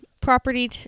property